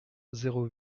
zéro